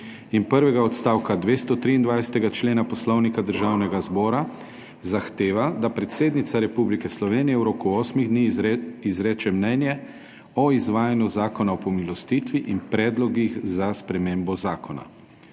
in prvega odstavka 223. člena Poslovnika Državnega zbora zahteva, da predsednica Republike Slovenije v roku osmih dni izreče mnenje o izvajanju Zakona o pomilostitvi in predlogih za spremembo zakona."